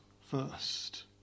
first